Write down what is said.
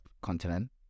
continent